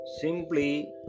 simply